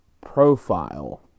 Profile